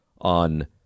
on